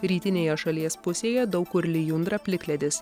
rytinėje šalies pusėje daug kur lijundra plikledis